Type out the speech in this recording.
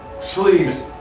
Please